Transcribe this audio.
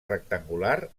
rectangular